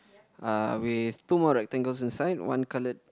uh with two more rectangle inside one coloured